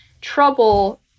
trouble